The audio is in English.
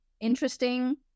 interesting